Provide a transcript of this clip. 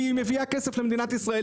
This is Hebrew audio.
כי היא מביאה כסף למדינת ישראל,